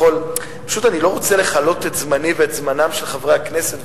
פשוט אני לא רוצה לכלות את זמני ואת זמנם של חברי הכנסת,